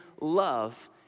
love